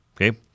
Okay